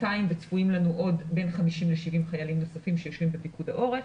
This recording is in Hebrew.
200 וצפויים לנו עוד בין 50 ל-70 חיילים שיושבים בפיקוד העורף,